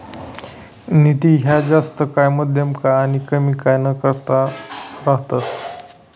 निधी ह्या जास्त काय, मध्यम काय आनी कमी काय ना करता रातस